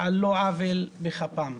על לא עוול בכפו.